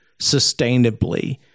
sustainably